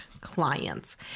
clients